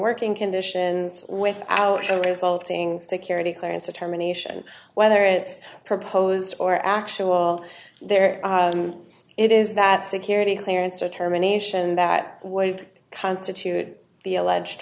working conditions without the resulting security clearance determination whether it's proposed or actual there it is that security clearance determination that would constitute the alleged